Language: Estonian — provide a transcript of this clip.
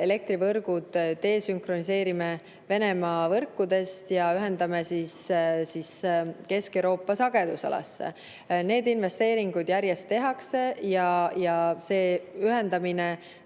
elektrivõrgud desünkroniseerime Venemaa võrkudest ja ühendame Kesk-Euroopa sagedusalaga. Neid investeeringud järjest tehakse ja ühendamine